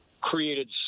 created